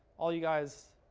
all you guys,